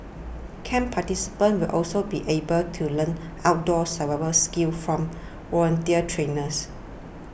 camp participants will also be able to learn outdoor survival skills from voluntary trainers